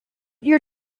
your